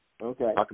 Okay